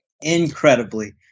incredibly